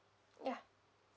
ya